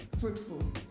fruitful